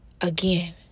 again